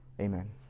Amen